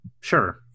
sure